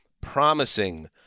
promising